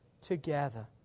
together